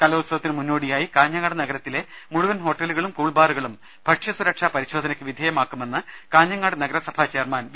കലോത്സവത്തിന് മുന്നോടിയായി കാഞ്ഞങ്ങാട് നഗ രത്തിലെ മുഴുവൻ ഹോട്ടലുകളും കൂൾബാറുകളും ഭക്ഷ്യ സുരക്ഷാ പരിശോധ നയ്ക്ക് വിധേയമാക്കുമെന്ന് കാഞ്ഞങ്ങാട് നഗരസഭാ ചെയർമാൻ വി